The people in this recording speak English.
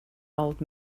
old